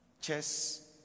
chess